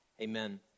Amen